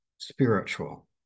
spiritual